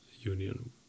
Union